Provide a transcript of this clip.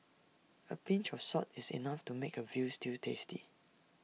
A pinch of salt is enough to make A Veal Stew tasty